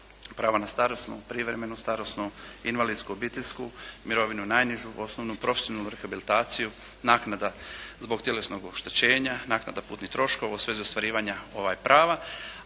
pravo na starosnu, privremenu starosnu, invalidsku, obiteljsku mirovinu, najnižu osnovnu, profesionalnu rehabilitaciju, naknada zbog tjelesnog oštećenja, naknada putnih troškova u svezi ostvarivanja prava,